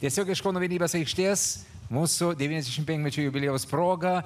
tiesiog iš kauno vienybės aikštės mūsų devyniasdešimt penkmečio jubiliejaus proga